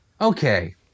okay